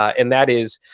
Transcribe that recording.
and that is,